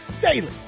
Daily